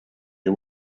you